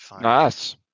Nice